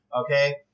Okay